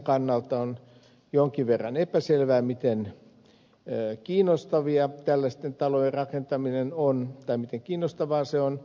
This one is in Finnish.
on jonkin verran epäselvää miten kiinnostavaa tällaisten talojen rakentaminen on